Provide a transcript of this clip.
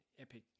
epic